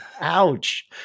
Ouch